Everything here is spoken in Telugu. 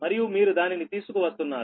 మరియు మీరు దానిని తీసుకువస్తున్నారు